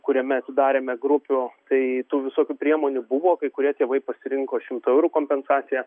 kuriame atidarėme grupių tai tų visokių priemonių buvo kai kurie tėvai pasirinko šimto eurų kompensaciją